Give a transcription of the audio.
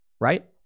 right